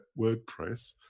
WordPress